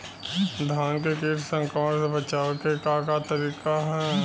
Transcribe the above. धान के कीट संक्रमण से बचावे क का तरीका ह?